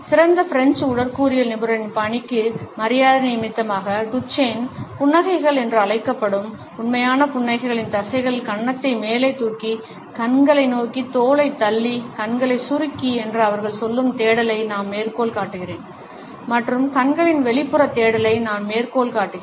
சிறந்த பிரெஞ்சு உடற்கூறியல் நிபுணரின் பணிக்கு மரியாதை நிமித்தமாக டுச்சேன் புன்னகைகள் என்று அழைக்கப்படும் உண்மையான புன்னகைகளில் தசைகள் கன்னத்தை மேலே தூக்கி கண்களை நோக்கி தோலைத் தள்ளி கண்களைச் சுருக்கி என்று அவர்கள் சொல்லும் தேடலை நான் மேற்கோள் காட்டுகிறேன்